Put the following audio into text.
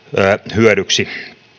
hyödyksi